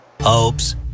Hopes